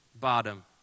bottom